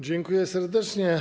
Dziękuję serdecznie.